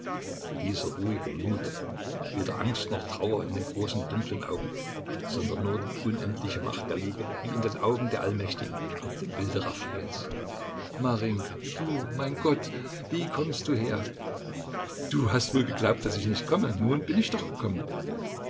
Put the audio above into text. dieser ruhige mut weder angst noch trauer in den großen dunklen augen sondern nur die unendliche macht der liebe wie in den augen der allmächtigen auf dem bilde raffaels marinjka du mein gott wie kommst du her du hast wohl geglaubt daß ich nicht komme nun bin ich doch gekommen